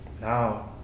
now